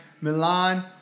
Milan